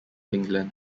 england